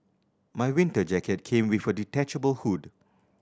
my winter jacket came with a detachable hood